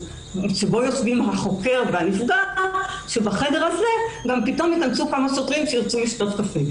שבו יושבים החוקר והנפגע פתאום ייכנסו כמה שוטרים שירצו לשתות קפה.